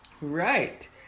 right